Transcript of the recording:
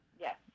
Yes